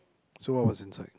so what was inside